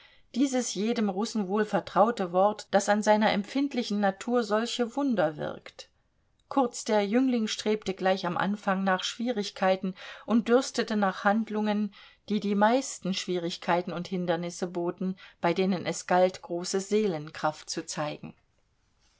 dieses jedem russen wohl vertraute wort das an seiner empfindlichen natur solche wunder wirkt kurz der jüngling strebte gleich am anfang nach schwierigkeiten und dürstete nach handlungen die die meisten schwierigkeiten und hindernisse boten bei denen es galt große seelenkraft zu zeigen